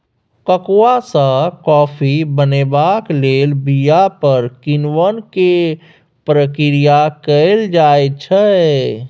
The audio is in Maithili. कोकोआ सँ कॉफी बनेबाक लेल बीया पर किण्वन केर प्रक्रिया कएल जाइ छै